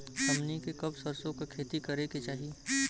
हमनी के कब सरसो क खेती करे के चाही?